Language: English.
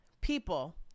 people